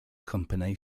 company